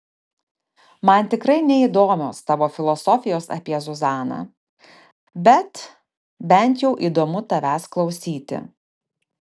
man tikrai neįdomios tavo filosofijos apie zuzaną bet bent jau įdomu tavęs klausyti